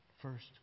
first